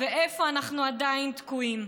ואיפה אנחנו עדיין תקועים.